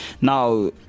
Now